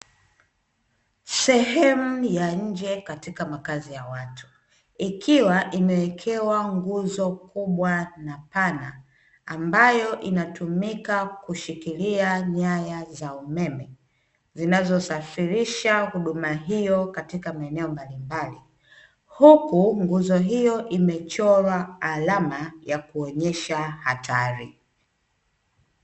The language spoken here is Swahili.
Sehemu ya nje katika makazi ya watu ikiwa imewekewa nguzo kubwa na pana, ambayo inatumika kushikilia nyaya za umeme, zinazosafirisha huduma hiyo katika maeneo mbalimbali huku nguzo hiyo imechorwa alama ya kuonyesha hatari.